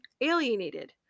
alienated